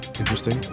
interesting